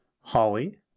holly